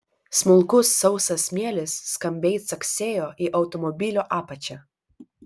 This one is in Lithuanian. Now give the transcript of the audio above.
smulkus sausas smėlis skambiai caksėjo į automobilio apačią